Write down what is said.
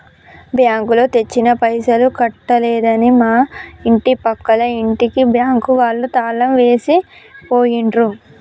బ్యాంకులో తెచ్చిన పైసలు కట్టలేదని మా ఇంటి పక్కల ఇంటికి బ్యాంకు వాళ్ళు తాళం వేసి పోయిండ్రు